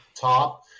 top